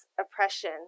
oppression